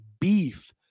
beef